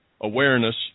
awareness